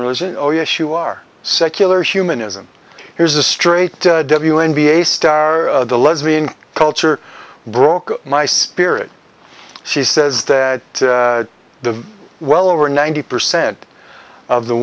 religion oh yes you are secular humanism here's a straight w n b a star the lesbian culture broke my spirit she says that the well over ninety percent of the